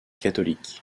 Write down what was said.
catholique